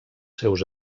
seus